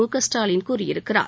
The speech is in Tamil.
முகஸ்டாலின் கூறியிருக்கிறார்